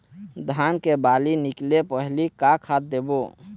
धान के बाली निकले पहली का खाद देबो?